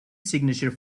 signature